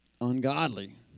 ungodly